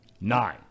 Nine